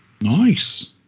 Nice